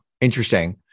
Interesting